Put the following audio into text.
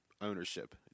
ownership